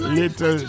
little